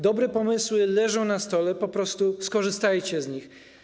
Dobre pomysły leżą na stole, po prostu skorzystajcie z nich.